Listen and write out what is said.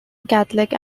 catholic